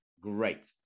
Great